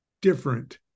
different